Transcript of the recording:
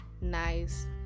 nice